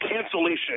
cancellation